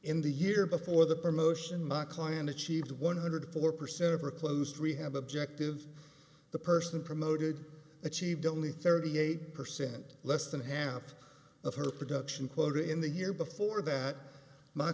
in the year before the promotion my client achieved one hundred four percent of reclosed rehab objective the person promoted achieved only thirty eight percent less than half of her production quota in the year before that m